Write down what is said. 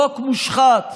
חוק מושחת,